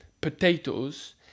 potatoes